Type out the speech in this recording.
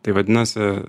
tai vadinasi